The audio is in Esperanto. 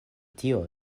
tio